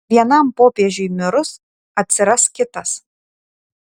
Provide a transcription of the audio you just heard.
vienam popiežiui mirus atsiras kitas